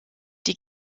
die